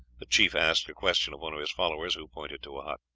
the chief asked a question of one of his followers, who pointed to a hut.